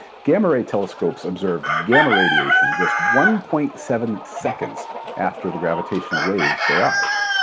gamma ray telescopes observed gamma radiation just one point seven seconds after the gravitational waves arrived.